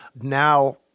Now